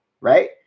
right